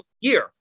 year